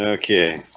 okay